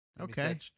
Okay